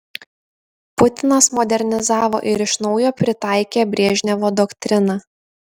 putinas modernizavo ir iš naujo pritaikė brežnevo doktriną